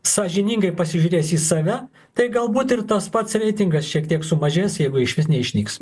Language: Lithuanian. sąžiningai pasižiūrės į save tai galbūt ir tas pats reitingas šiek tiek sumažės jeigu išvis neišnyks